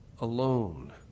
alone